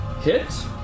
hit